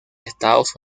estados